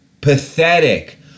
pathetic